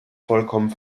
vollkommen